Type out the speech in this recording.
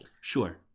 Sure